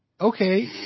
okay